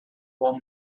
want